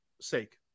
sake